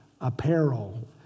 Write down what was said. apparel